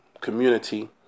community